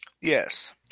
Yes